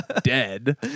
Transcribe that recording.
dead